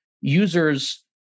users